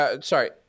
Sorry